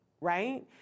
right